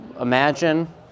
Imagine